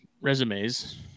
resumes